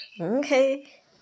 Okay